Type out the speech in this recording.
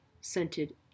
scented